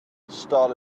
stall